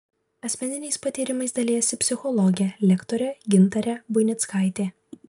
asmeniniais patyrimais dalijasi psichologė lektorė gintarė buinickaitė